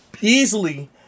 easily